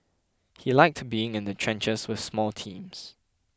he liked being in the trenches with small teams